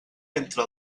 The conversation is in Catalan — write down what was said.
entre